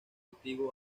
antiguo